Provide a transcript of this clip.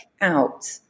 out